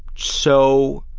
so,